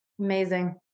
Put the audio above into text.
Amazing